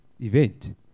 event